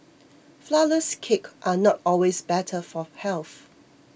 Flourless Cakes are not always better for health